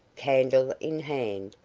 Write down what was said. candle in hand,